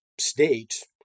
state